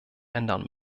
ändern